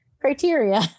criteria